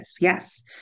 yes